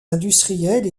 industriels